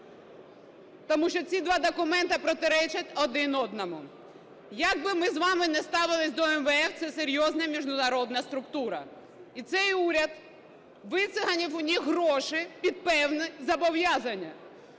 тому що ці два документи протирічать один одному. Як би ми з вами не ставились до МВФ, це серйозна міжнародна структура. І цей уряд "вициганив" у них гроші під певні зобов'язання.